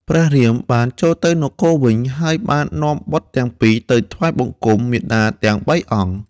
ព្រះរាមបានចូលទៅនគរវិញ ហើយបាននាំបុត្រទាំងពីរទៅថ្វាយបង្គំមាតាទាំងបីអង្គ។